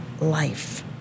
life